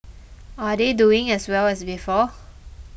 are they doing as well as before